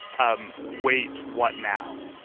um wait, what now?